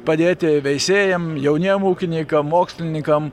padėti veisėjam jauniem ūkininkam mokslininkam